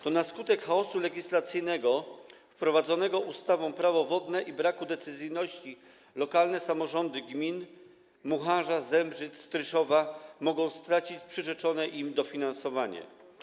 To na skutek chaosu legislacyjnego wprowadzonego ustawą Prawo wodne i braku decyzyjności lokalne samorządy gmin Mucharz, Zembrzyce i Stryszów mogą stracić przyrzeczone im dofinansowanie.